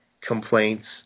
complaints